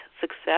success